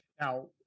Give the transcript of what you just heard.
now